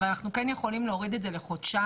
אבל אנחנו יכולים להוריד את זה לחודשיים.